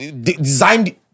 designed